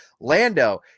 Lando